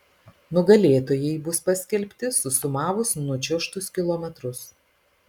nugalėtojai bus paskelbti susumavus nučiuožtus kilometrus